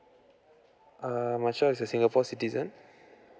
uh my child is a singapore citizen